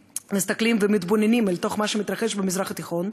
ומתבוננים אל מה שמתרחש במזרח-התיכון,